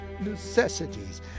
necessities